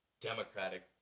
democratic